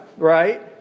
Right